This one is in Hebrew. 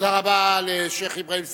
תודה רבה לשיח' אברהים צרצור.